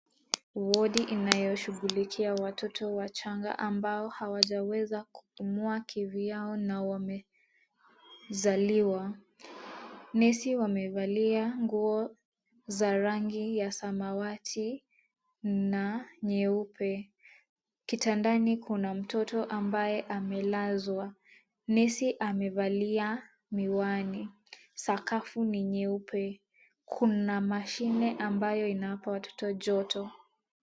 Wodi inayoshughulikia watoto wachanga ambao hawajaweza kununua kivyao na wamezaliwa. Nesi wamevalia nguo za rangi ya samawati na nyeupe. Kitandani kuna mtoto ambaye amelazwa. Nesi amevalia miwani. Sakafu ni nyeupe. Kuna mashine ambayo inawapa watoto joto.